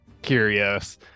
curious